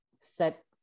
set